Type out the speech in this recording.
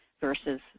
versus